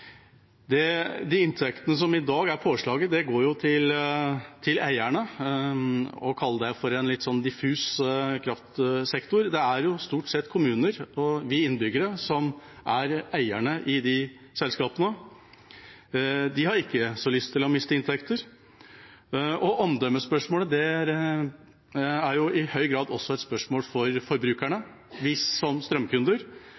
De inntektene som i dag er påslaget, går til eierne. Å kalle det for en litt diffus kraftsektor – det er jo stort sett kommuner og vi innbyggere som er eierne i de selskapene. De har ikke så lyst til å miste inntekter. Omdømmespørsmålet er i høy grad også et spørsmål for